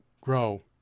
grow